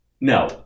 No